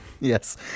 Yes